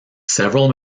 several